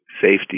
safety